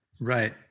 Right